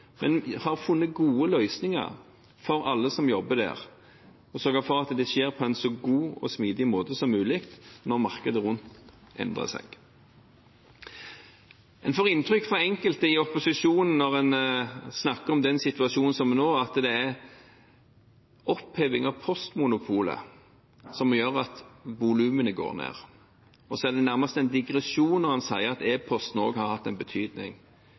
har funnet gode løsninger for alle som jobber der, og sørget for at det skjer på en så god og smidig måte som mulig når markedet rundt endrer seg. Når en snakker om den situasjonen som er nå, får en fra enkelte i opposisjonen inntrykk av at det er oppheving av postmonopolet som gjør at volumene går ned, og så er det nærmest en digresjon når en sier at e-posten også har hatt en betydning.